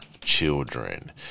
children